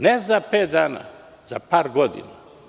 Ne za pet dana, za par godina.